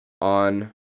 on